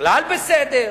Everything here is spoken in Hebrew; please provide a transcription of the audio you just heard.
בכלל בסדר.